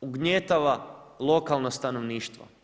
ugnjetava lokalno stanovništvo.